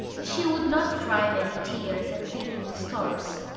she would not cry many tears at leaving the stores.